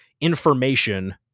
information